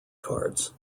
cards